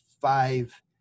five